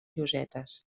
llosetes